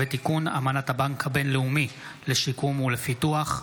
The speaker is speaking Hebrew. תיקון אמנת הבנק הבין-לאומי לשיקום ולפיתוח.